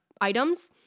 items